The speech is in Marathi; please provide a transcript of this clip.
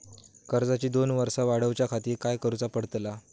कर्जाची दोन वर्सा वाढवच्याखाती काय करुचा पडताला?